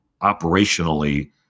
operationally